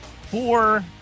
four